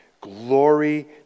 Glory